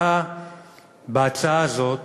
אתה בהצעה הזאת